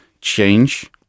change